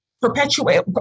perpetuate